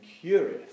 curious